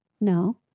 No